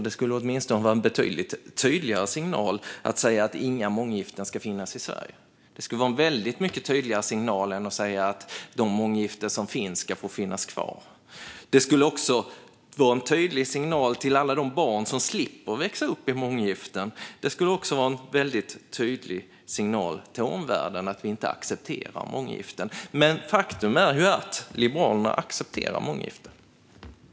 Det skulle åtminstone vara en betydligt tydligare signal att säga att inga månggiften ska förekomma i Sverige. Det skulle vara en väldigt mycket tydligare signal än att säga att de månggiften som finns ska få finnas kvar. Det skulle vara en tydlig signal till alla de barn som slipper växa upp under sådana förhållanden, och det skulle också vara en väldigt tydlig signal till omvärlden att vi inte accepterar månggiften. Faktum är dock att Liberalerna accepterar månggiften.